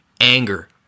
anger